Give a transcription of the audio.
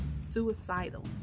suicidal